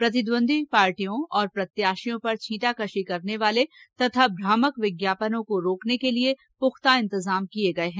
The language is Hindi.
प्रतिद्वंदी पार्टियों और प्रत्याशियों पर छींटाकशी करने वाले तथा भ्रामक विज्ञापनों को रोकने के लिए पुख्ता इंतजाम किये गये हैं